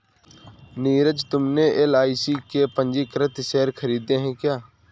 नीरज तुमने एल.आई.सी के पंजीकृत शेयर खरीदे हैं क्या?